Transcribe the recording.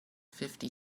fifty